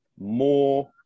more